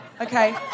Okay